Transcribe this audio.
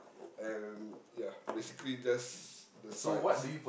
and ya basically just the sides